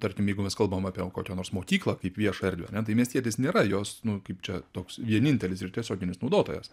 tarkim jeigu mes kalbam apie kokią nors mokyklą kaip viešą erdvę ne tai miestietis nėra jos nu kaip čia toks vienintelis ir tiesioginis naudotojas